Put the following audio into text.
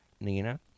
Nina